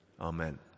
Amen